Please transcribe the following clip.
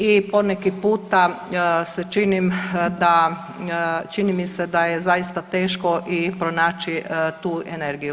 I poneki puta se činim da, čini mi se da je zaista teško i pronaći tu energiju.